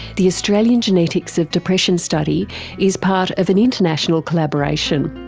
the australian genetics of depression study is part of an international collaboration.